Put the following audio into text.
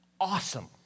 awesome